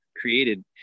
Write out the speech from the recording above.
created